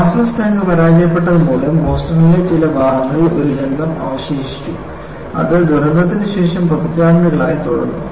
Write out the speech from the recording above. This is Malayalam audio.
മോളാസസ് ടാങ്ക് പരാജയപ്പെട്ടത് മൂലം ബോസ്റ്റണിലെ ചില ഭാഗങ്ങളിൽ ഒരു ഗന്ധം അവശേഷിപ്പിച്ചു അത് ദുരന്തത്തിന് ശേഷം പതിറ്റാണ്ടുകളായി തുടർന്നു